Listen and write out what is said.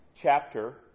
chapter